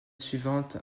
suivante